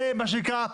ומה שנקרא,